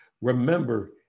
remember